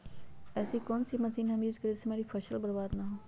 ऐसी कौन सी मशीन हम यूज करें जिससे हमारी फसल बर्बाद ना हो?